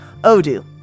Odoo